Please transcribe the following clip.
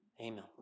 Amen